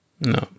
No